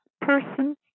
person